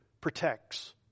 Protects